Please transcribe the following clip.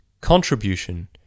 contribution